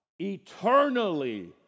eternally